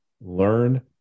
Learn